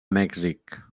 mèxic